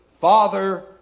Father